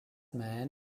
man